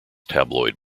tabloid